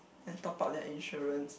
and top up their insurance